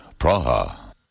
Praha